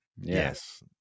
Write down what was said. Yes